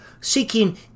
seeking